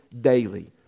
daily